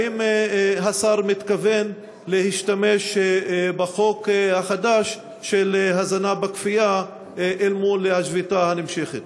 האם השר מתכוון להשתמש בחוק החדש של הזנה בכפייה אל מול השביתה הנמשכת?